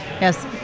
yes